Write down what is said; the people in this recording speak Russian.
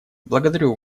благодарю